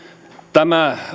tämä